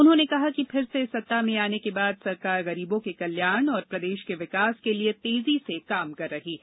उन्होंने कहा कि फिर से सत्ता में आने के बाद सरकार गरीबों के कल्याण और प्रदेश के विकास के लिए तेजी से काम कर रही है